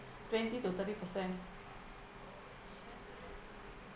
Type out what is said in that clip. twenty to thirty per cent